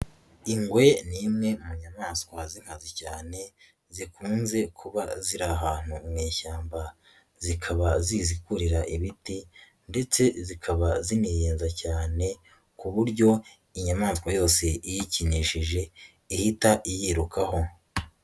Ingwe ni imwe mu nyamaswa z'inkazi cyane, zikunze kuba ziri ahantu mu ishyamba, zikaba zizikurira ibiti ndetse zikaba ziniyenza cyane, ku buryo inyamaswa yose iyikinishije, ihita iyirukaho.